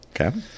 Okay